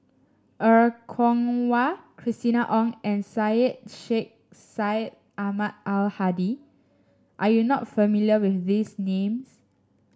Er Kwong Wah Christina Ong and Syed Sheikh Syed Ahmad Al Hadi are you not familiar with these names